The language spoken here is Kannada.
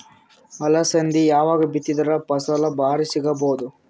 ಅಲಸಂದಿ ಯಾವಾಗ ಬಿತ್ತಿದರ ಫಸಲ ಭಾರಿ ಸಿಗಭೂದು?